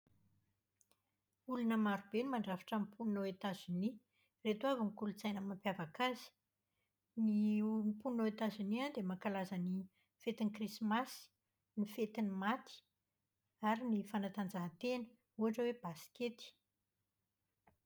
Olona marobe no mandrafitra ny mponina ao Etazonia. Ireto avy ny kolotsaina mampiavaka azy. Ny olo- ny mponina ao Etazonia dia mankalaza ny fetin'ny krisimasy, ny fetin'ny maty ary ny fanatanjahantena ohatra hoe baskety.